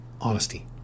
honesty